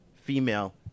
female